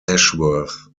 ashworth